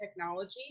technology